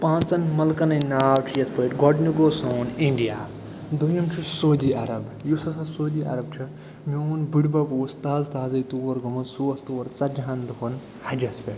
پانٛژن مُلکن ہِنٛدی ناو چھِ یِتھ پٲٹھۍ گۄڈنیُک گوٚو سون اِنٛڈِیا دوٚیِم چھُ سعودی عرب یُس ہَسا سعودی عرب چھُ میون بٕڈِبب اوس تازٕ تازَے تور گوٚمُت سُہ اوس تور ژتجِہن دۄہن حجس پٮ۪ٹھ